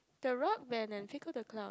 the rug then and tickle the clown